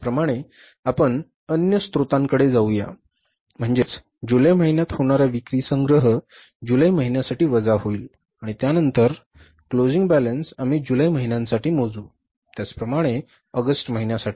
त्याचप्रमाणे आपण अन्य स्त्रोतांकडे जाऊया म्हणजे जुलै महिन्यात होणारा विक्री संग्रह जुलै महिन्यासाठी वजा होईल आणि त्यानंतर बंद असलेली रोखीची रक्कम आम्ही जुलै महिन्यासाठी मोजू त्याचप्रमाणे ऑगस्ट महिन्यासाठी